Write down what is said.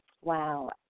Wow